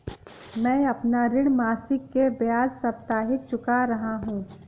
मैं अपना ऋण मासिक के बजाय साप्ताहिक चुका रहा हूँ